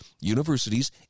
universities